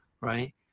right